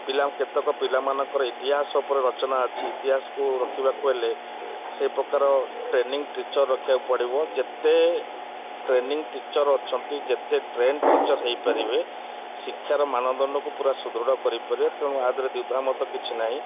ପିଲାଙ୍କ କେତେକ ପିଲାମାନଙ୍କର ଇତିହାସ ଉପରେ ରଚନା ଅଛି ଇତିହାସକୁ ରଖିବାକୁ ହେଲେ ସେ ପ୍ରକାର ଟ୍ରେନିଂ ଟିଚର୍ ରଖିବାକୁ ପଡ଼ିବ ଯେତେ ଟ୍ରେନିଂ ଟିଚର୍ ଅଛନ୍ତି ଯେତେ ଟ୍ରେଣ୍ଡ ଟିଚର୍ ହେଇପାରିବେ ଶିକ୍ଷାର ମାନଦଣ୍ଡକୁ ପୁରା ସୁଦୃଢ଼ କରିପାରିବେ ତେଣୁ ଆଧିଅରେ ଦ୍ୱିଧାମତ କିଛି ନାହିଁ